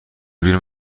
بیرون